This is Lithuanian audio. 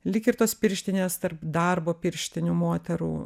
lyg ir tos pirštinės tarp darbo pirštinių moterų